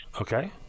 Okay